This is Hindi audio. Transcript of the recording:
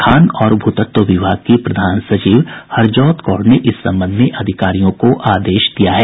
खान और भूतत्व विभाग की प्रधान सचिव हरजोत कौर ने इस संबंध में अधिकारियों को आदेश दिया है